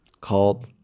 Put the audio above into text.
called